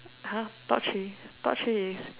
!huh! top chilli top chilli is